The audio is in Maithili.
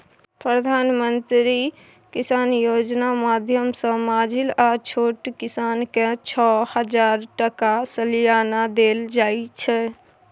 प्रधानमंत्री किसान योजना माध्यमसँ माँझिल आ छोट किसानकेँ छअ हजार टका सलियाना देल जाइ छै